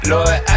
Lord